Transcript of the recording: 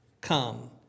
come